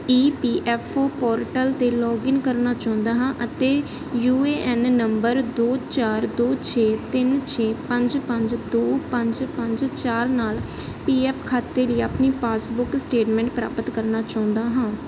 ਈ P F O portal 'ਤੇ login ਕਰਨਾ ਚਾਹੁੰਦਾ ਹਾਂ ਅਤੇ ਯੂ ਏ ਐਨ ਨੰਬਰ ਦੋ ਚਾਰ ਦੋ ਛੇ ਤਿੰਨ ਛੇ ਪੰਜ ਪੰਜ ਦੋ ਪੰਜ ਪੰਜ ਚਾਰ ਨਾਲ ਪੀ ਐਫ ਖਾਤੇ ਲਈ ਆਪਣੀ ਪਾਸਬੁੱਕ ਸਟੇਟਮੈਂਟ ਪ੍ਰਾਪਤ ਕਰਨਾ ਚਾਹੁੰਦਾ ਹਾਂ